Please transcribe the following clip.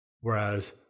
Whereas